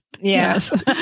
Yes